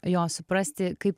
jos suprasti kaip